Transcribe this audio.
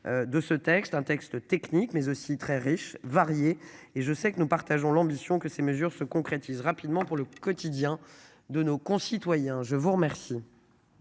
de ce texte, un texte technique mais aussi très riche, variée et je sais que nous partageons l'ambition que ces mesures se concrétise rapidement pour le quotidien de nos concitoyens. Je vous remercie.